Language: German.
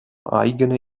eigene